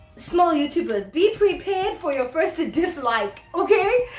small you tubers be prepared for your first dislike, okay!